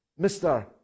Mr